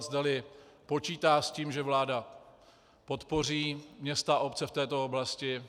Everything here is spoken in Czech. Zda počítá s tím, že vláda podpoří města a obce v této oblasti.